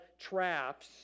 traps